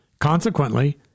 Consequently